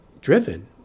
driven